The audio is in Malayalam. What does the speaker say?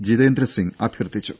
ജിതേന്ദ്ര സിംഗ് അഭ്യർത്ഥിച്ചു